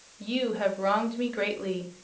you have wronged me greatly,